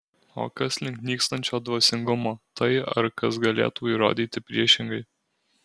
o kas link nykstančio dvasingumo tai ar kas galėtų įrodyti priešingai